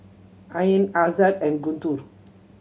Ain Aizat and Guntur